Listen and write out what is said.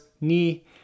knee